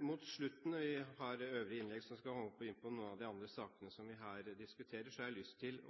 Mot slutten – vi har øvrige innlegg der vi skal komme inn på noen av de andre sakene som vi her diskuterer – har jeg lyst til